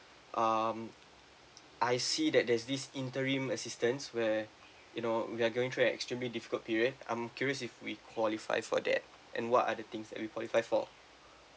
um I see that there's this interim assistance where you know we are going through extremely difficult period I'm curious if we qualify for that and what are the things that we qualify for